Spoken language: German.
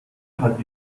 hat